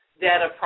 data